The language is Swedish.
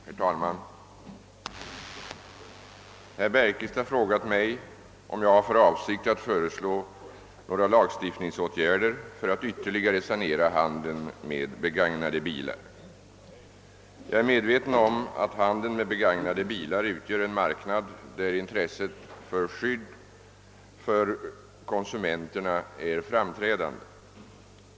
Herr talman! Herr Bergqvist har frågat mig om jag har för avsikt att föreslå några lagstiftningsåtgärder för att ytterligare sanera handeln med begagnade bilar. Jag är medveten om att handeln med begagnade bilar utgör en marknad där intresset av skydd för konsumenterna är framträdande.